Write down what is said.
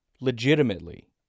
legitimately